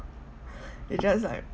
you just like